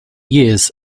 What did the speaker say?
years